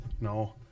No